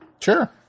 Sure